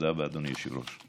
תודה רבה, אדוני היושב-ראש.